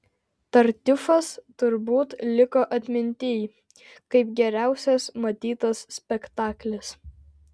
tartiufas turbūt liko atmintyj kaip geriausias matytas spektaklis